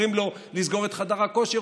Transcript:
אומרים לו לסגור את חדר הכושר,